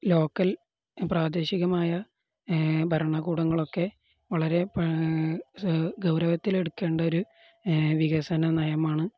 local പ്രാദേശികമായ ഭരണകൂടങ്ങളൊക്കെ വളരെ ഗൗരവത്തിലെടുക്കേണ്ട ഒരു വികസന നയമാണ്